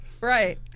Right